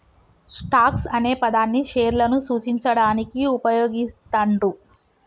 stocks అనే పదాన్ని షేర్లను సూచించడానికి వుపయోగిత్తండ్రు